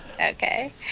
Okay